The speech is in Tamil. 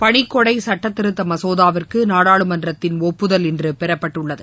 பணிக்கொடை சுட்டத்திருத்த மசோதாவிற்கு நாடாளுமன்றத்தின் ஒப்புதல் இன்று பெறப்பட்டுள்ளது